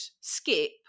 skip